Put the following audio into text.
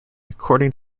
according